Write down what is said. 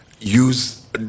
use